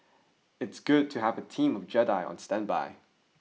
it's good to have a team of Jedi on standby